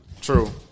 True